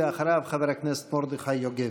ואחריו, חבר הכנסת מרדכי יוגב.